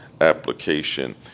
application